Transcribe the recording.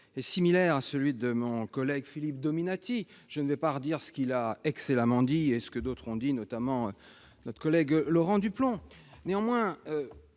étant identique à celui de mon collègue Philippe Dominati, je ne répéterai pas ce qu'il a excellemment dit, ni ce que d'autres ont indiqué, notamment notre collègue Laurent Duplomb. Néanmoins,